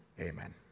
amen